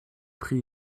pri